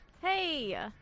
Hey